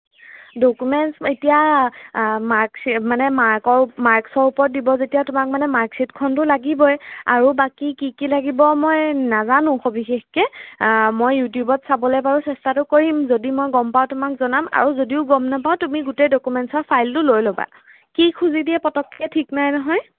documents এতিয়া marksheet মানে মাৰ্কৰ মাৰ্কচৰ ওপৰত দিব যেতিয়া তোমাক মানে মাৰ্কশ্বিটখনটো লাগিবই আৰু বাকী কি কি লাগিব মই নাজানোঁ সবিশেষকৈ মই ইউটিউবত চাবলৈ বাৰু চেষ্টাটো কৰিম যদি মই গম পাওঁ তোমাক জনাম আৰু যদিও গম নাপাওঁ তুমি গোটেই ডকুমেণ্টছৰ ফাইলটো লৈ ল'বা কি খুজি দিয়ে পটককৈ ঠিক নাই নহয়